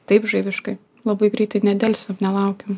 taip žaibiškai labai greitai nedelsiant nelaukiam